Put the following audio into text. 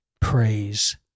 praise